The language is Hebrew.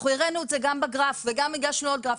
אנחנו הראינו את זה גם בגרף וגם הגשנו עוד גרף.